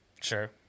Sure